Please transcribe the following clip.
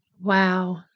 Wow